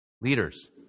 leaders